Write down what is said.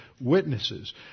witnesses